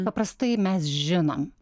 paprastai mes žinom